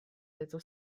této